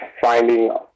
finding